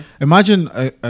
Imagine